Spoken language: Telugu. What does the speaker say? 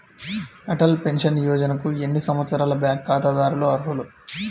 అటల్ పెన్షన్ యోజనకు ఎన్ని సంవత్సరాల బ్యాంక్ ఖాతాదారులు అర్హులు?